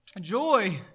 Joy